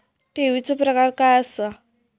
ठेवीचो प्रकार काय असा?